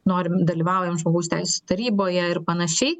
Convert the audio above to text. norim dalyvaujam žmogaus teisių taryboje ir panašiai